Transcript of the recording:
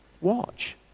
watch